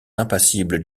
impassible